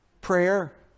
prayer